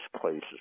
places